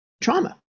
trauma